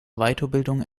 weiterbildungen